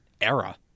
era